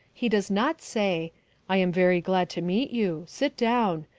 he does not say i am very glad to meet you. sit down.